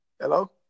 Hello